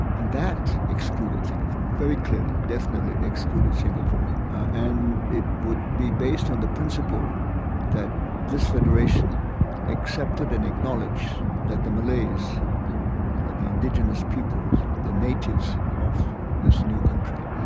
and that excluded singapore very clearly, definitely excluded singapore, and it would be based on the principle that this federation accepted and acknowledged that the malays are the indigenous peoples, the natives, of this new country,